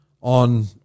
on